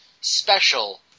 special